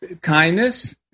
kindness